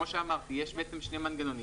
כמו שאמרתי, יש שני מנגנונים.